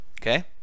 okay